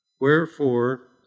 wherefore